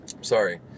Sorry